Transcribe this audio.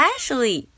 Ashley